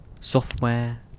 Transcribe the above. software